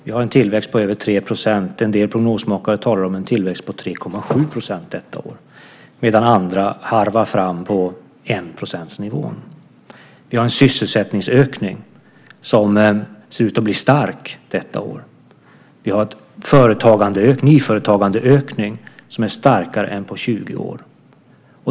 Vi har en tillväxt på över 3 %- en del prognosmakare talar om en tillväxt på 3,7 % detta år - medan andra harvar fram på 1-procentsnivån. Vi har en sysselsättningsökning som ser ut att bli stark detta år. Vi har en nyföretagandeökning som är starkare än på 20 år.